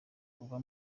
uba